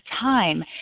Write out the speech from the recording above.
time